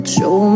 Show